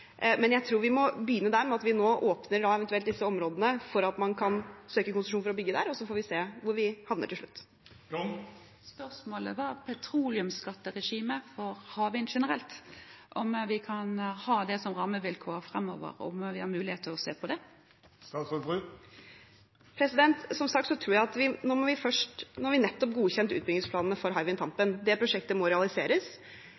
men jeg tror vi må begynne med at vi nå eventuelt åpner disse områdene for at man kan søke om konsesjon for å bygge der, og så får vi se hvor vi havner til slutt. Spørsmålet gjaldt et petroleumsskatteregime for havvind generelt – om vi kan ha det som rammevilkår framover, om det er mulighet for å se på det. Nå har vi nettopp godkjent utbyggingsplanene for Hywind Tampen. Det prosjektet må